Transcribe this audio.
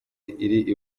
iri